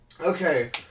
Okay